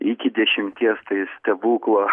iki dešimties tai stebuklo